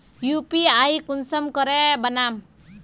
UPI कुंसम करे बनाम?